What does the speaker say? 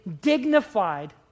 dignified